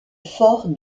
fort